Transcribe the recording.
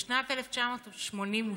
בשנת 1998,